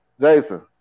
Jason